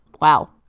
Wow